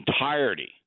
entirety